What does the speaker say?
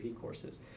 courses